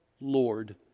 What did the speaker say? Lord